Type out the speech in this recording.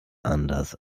anders